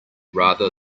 rather